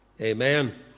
Amen